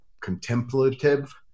contemplative